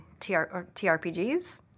TRPGs